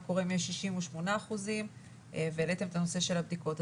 קורה אם יש 68% והעליתם את הנושא של הבדיקות.